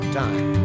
time